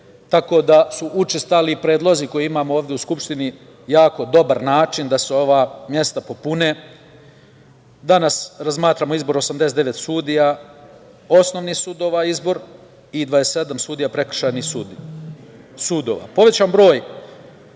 tako da su učestali i predlozi koje imamo ovde u Skupštini jako dobar način da se ova mesta popune. Danas razmatramo izbor 89 sudija osnovnih sudova i 27 sudija za prekršajne sudove. Povećan broj